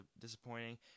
disappointing